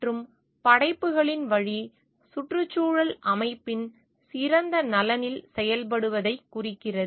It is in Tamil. மற்றும் படைப்புகளின் வழி சுற்றுச்சூழல் அமைப்பின் சிறந்த நலனில் செயல்படுவதைக் குறிக்கிறது